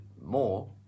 more